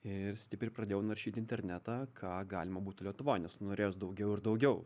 ir stipriai pradėjau naršyt internetą ką galima būti lietuvoj nes norėjos daugiau ir daugiau